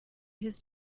his